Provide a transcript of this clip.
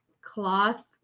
cloth